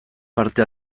parte